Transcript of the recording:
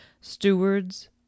stewards